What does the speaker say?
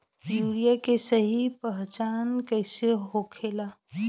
Urea के सही पहचान कईसे होखेला?